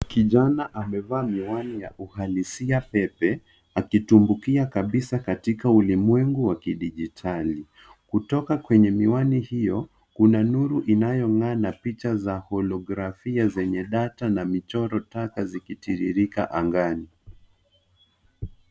Kijana amevaa miwani ya uhalisia pepe, akitumbukia kabisa katika ulimwengu wa kidijitali. Kutoka kwenye miwani hiyo, kuna nuru inayong'aa na picha za holografia zenye data na michoro taka zikitiririka angani.